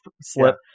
slip